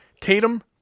Tatum